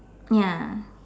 ya